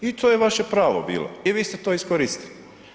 I to je vaše pravo bilo i vi ste to iskoristili.